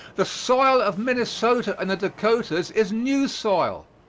the soil of minnesota and the dakotas is new soil,